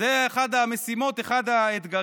זאת אחת המשימות, אחד האתגרים.